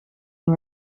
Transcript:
and